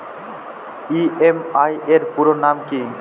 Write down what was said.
EMI এর পুরোনাম কী?